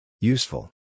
Useful